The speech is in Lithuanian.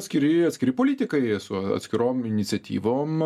atskiri atskiri politikai su atskirom iniciatyvom